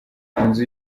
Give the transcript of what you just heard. inzu